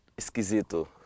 esquisito